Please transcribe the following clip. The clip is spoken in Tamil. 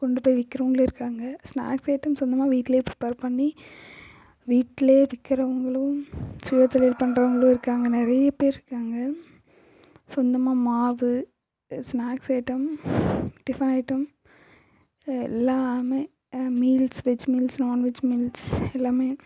கொண்டு போய் விற்கிறவங்களும் இருக்காங்க ஸ்னாக்ஸ் ஐட்டம்ஸ் சொந்தமாக வீட்டில் ப்ரிப்பேர் பண்ணி வீட்டில் விற்கிறவங்களும் சுய தொழில் பண்ணுறவங்களும் இருக்காங்க நிறைய பேர் இருக்காங்க சொந்தமாக மாவு ஸ்னாக்ஸ் ஐட்டம் டிஃபன் ஐட்டம் எல்லாமே meals veg meals non veg meals எல்லாமே